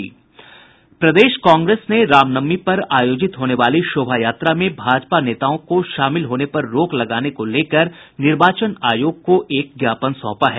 प्रदेश कांग्रेस ने रामनवमी पर आयोजित होने वाली शोभा यात्रा में भाजपा नेताओं को शामिल होने पर रोक लगाने को लेकर निर्वाचन आयोग को एक ज्ञापन सौंपा है